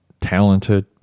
Talented